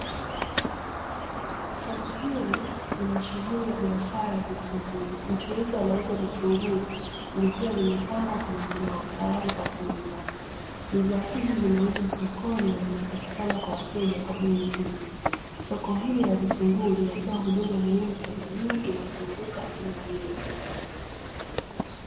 Soko hili lina shughuli ya biashara ya vitunguu, mchuuzi anauza vitunguu vikiwa vimepangwa kwenye ndoo tayari kwa kuuza. Bidhaa hizi zimeuzwa sokoni na zinapatikana kwa wateja kwa bei nzuri. Soko hilo la vitunguu linatoa huduma muhimu kwa jamii inayozunguka eneo hilo.